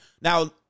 Now